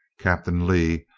captain lee,